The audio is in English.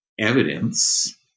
evidence